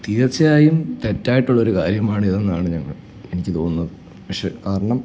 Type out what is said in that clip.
തീർച്ചയായും തെറ്റായിട്ടുള്ള ഒരു കാര്യമാണ് ഇതെന്നാണ് ഞങ്ങൾ എനിക്ക് തോന്നുന്നത് പക്ഷേ കാരണം